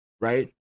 right